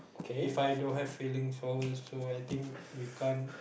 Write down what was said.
If I don't have feelings for her so I think we can't